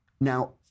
Now